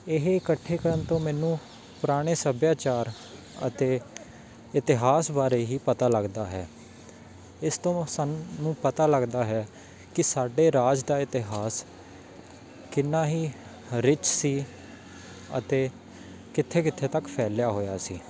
ਇਹ ਇਕੱਠੇ ਕਰਨ ਤੋਂ ਮੈਨੂੰ ਪੁਰਾਣੇ ਸੱਭਿਆਚਾਰ ਅਤੇ ਇਤਿਹਾਸ ਬਾਰੇ ਹੀ ਪਤਾ ਲੱਗਦਾ ਹੈ ਇਸ ਤੋਂ ਸਾਨੂੰ ਪਤਾ ਲੱਗਦਾ ਹੈ ਕਿ ਸਾਡੇ ਰਾਜ ਦਾ ਇਤਿਹਾਸ ਕਿੰਨਾ ਹੀ ਰਿਚ ਸੀ ਅਤੇ ਕਿੱਥੇ ਕਿੱਥੇ ਤੱਕ ਫੈਲਿਆ ਹੋਇਆ ਸੀ